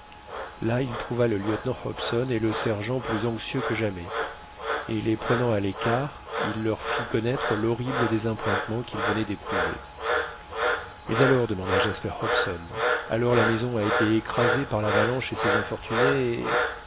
là il trouva le lieutenant hobson et le sergent plus anxieux que jamais et les prenant à l'écart il leur fit connaître l'horrible désappointement qu'il venait d'éprouver mais alors demanda jasper hobson alors la maison a été écrasée par l'avalanche et ces infortunés